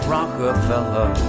Rockefeller